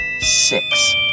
six